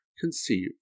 conceive